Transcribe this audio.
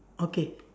okay